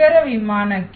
ಇತರ ವಿಮಾನಕ್ಕೆ